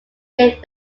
lived